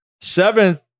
Seventh